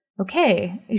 okay